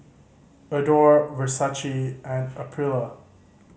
Adore Versace and Aprilia